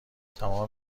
تمام